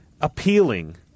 appealing